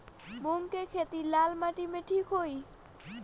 मूंग के खेती लाल माटी मे ठिक होई?